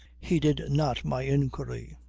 heeded not my inquiry.